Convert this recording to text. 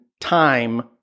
time